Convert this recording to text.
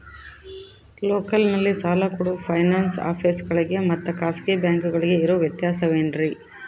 ಲೋಕಲ್ನಲ್ಲಿ ಸಾಲ ಕೊಡೋ ಫೈನಾನ್ಸ್ ಆಫೇಸುಗಳಿಗೆ ಮತ್ತಾ ಖಾಸಗಿ ಬ್ಯಾಂಕುಗಳಿಗೆ ಇರೋ ವ್ಯತ್ಯಾಸವೇನ್ರಿ?